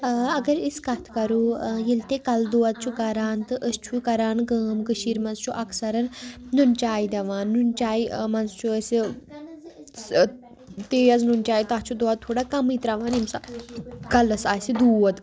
اگر أسۍ کَتھ کَرو ییٚلہِ تہِ کَلہٕ دود چھُ کَران تہٕ أسۍ چھُو کَران کٲم کٔشیٖرِ منٛز چھُ اَکثر نُن چاے دِوان نُن چاے منٛز چھُ أسۍ تیز نُن چاے تَتھ چھِ دۄد تھوڑا کَمٕے ترٛاوان ییٚمہِ سا کَلَس آسہِ دود